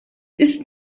ist